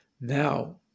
Now